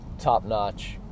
Top-notch